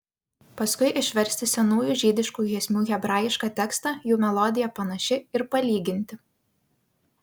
paskui išversti senųjų žydiškų giesmių hebrajišką tekstą jų melodija panaši ir palyginti